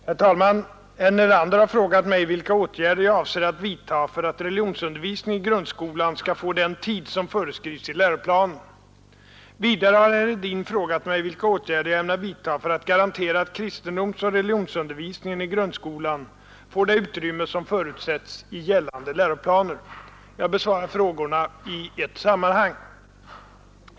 Herr talman! Herr Nelander har frågat mig, vilka åtgärder jag avser att vidta för att religionsundervisningen i grundskolan skall få den tid som föreskrivs i läroplanen. Vidare har herr Hedin frågat mig, vilka åtgärder jag ämnar vidta för att garantera att kristendomsoch religionsundervisningen i grundskolan får det utrymme som förutsätts i gällande läroplaner. Jag besvarar frågorna i ett sammanhang.